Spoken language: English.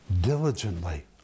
diligently